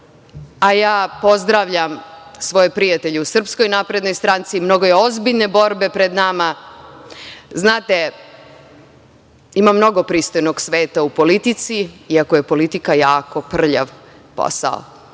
pripadate. Pozdravljam svoje prijatelje u SNS, mnogo je ozbiljne borbe pred nama. Znate, ima mnogo pristojnog sveta u politici, iako je politika jako prljav posao.